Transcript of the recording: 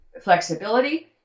flexibility